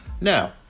Now